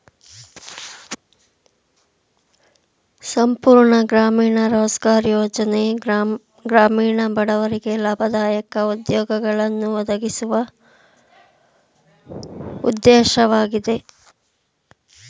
ಸಂಪೂರ್ಣ ಗ್ರಾಮೀಣ ರೋಜ್ಗಾರ್ ಯೋಜ್ನ ಗ್ರಾಮೀಣ ಬಡವರಿಗೆ ಲಾಭದಾಯಕ ಉದ್ಯೋಗಗಳನ್ನು ಒದಗಿಸುವ ಉದ್ದೇಶವಾಗಿದೆ